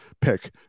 pick